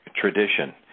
tradition